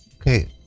okay